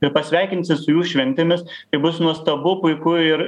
ir pasveikinsi su jų šventėmis ir bus nuostabu puiku ir